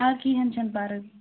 آ کِہیٖنٛۍ چھُو نہٕ پَرواے بہٕ وُچھٕ